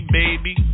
baby